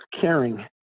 Caring